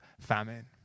famine